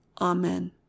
Amen